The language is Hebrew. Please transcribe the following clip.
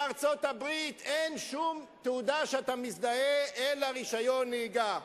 בארצות-הברית אין שום תעודה שאתה מזדהה אתה אלא רשיון נהיגה.